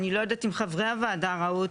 אני לא יודעת אם חברי הוועדה ראו אותה,